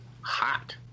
hot